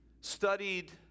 studied